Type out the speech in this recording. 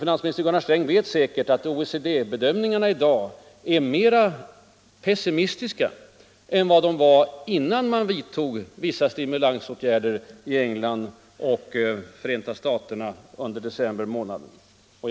Finansminister Gunnar Sträng vet säkert att OECD-bedömningarna i dag är mera pessimistiska än vad de var innan man vidtog vissa stimulansåtgärder i Tyskland och Förenta staterna kring årsskiftet.